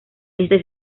este